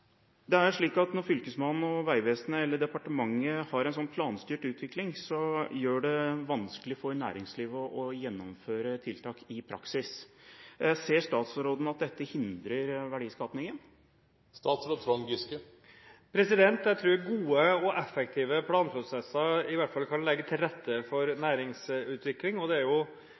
Det er slik at når Fylkesmannen, Vegvesenet eller departementet har en sånn planstyrt utvikling, blir det vanskelig for næringslivet å gjennomføre tiltak i praksis. Ser statsråden at dette hindrer verdiskapingen? Jeg tror gode og effektive planprosesser i hvert fall kan legge til rette for næringsutvikling, og det